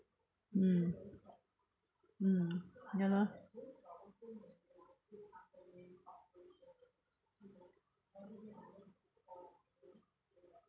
mm mm ya lor